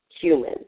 human